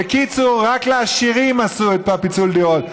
בקיצור, רק לעשירים עשו את פיצול הדירות.